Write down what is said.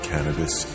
Cannabis